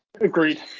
Agreed